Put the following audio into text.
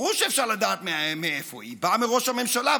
ברור שאפשר לדעת מאיפה: היא באה מראש הממשלה,